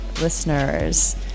listeners